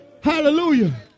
Hallelujah